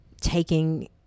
taking